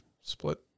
split